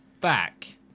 back